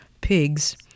pigs